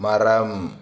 மரம்